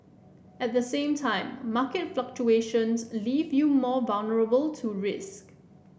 at the same time market fluctuations leave you more vulnerable to risk